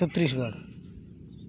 Chhattisgarh